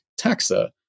taxa